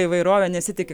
įvairovė nesitiki